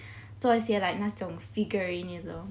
做一些 like 那种 figurine you know